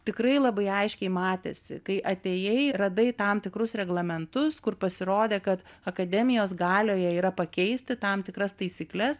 tikrai labai aiškiai matėsi kai atėjai radai tam tikrus reglamentus kur pasirodė kad akademijos galioje yra pakeisti tam tikras taisykles